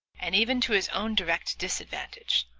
and even to his own direct disadvantage,